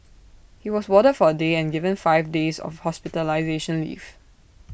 he was warded for A day and given five days of hospitalisation leave